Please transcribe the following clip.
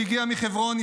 שהגיע מחברון,